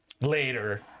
Later